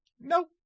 Nope